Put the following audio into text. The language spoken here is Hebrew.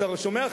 אתה שומע,